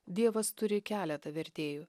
dievas turi keletą vertėjų